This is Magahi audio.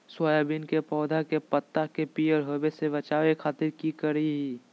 सोयाबीन के पौधा के पत्ता के पियर होबे से बचावे खातिर की करिअई?